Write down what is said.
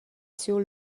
siu